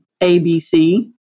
ABC